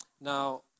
Now